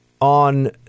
on